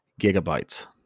gigabytes